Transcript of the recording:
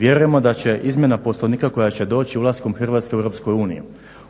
Vjerujemo da će izmjena Poslovnika koja će doći ulaskom Hrvatske u EU ,